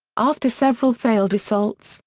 after several failed assaults,